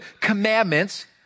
commandments